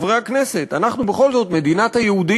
חברי הכנסת: אנחנו בכל זאת מדינת היהודים,